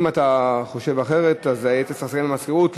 אם אתה חושב אחרת, אז היית צריך לתאם עם המזכירות.